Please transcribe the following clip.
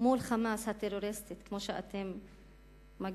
מול "חמאס" הטרוריסטית כמו שאתם מגדירים,